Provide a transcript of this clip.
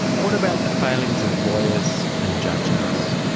what about the failings of lawyers and judges?